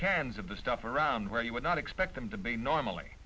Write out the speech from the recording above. cans of the stuff around where you would not expect them to be normally